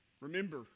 remember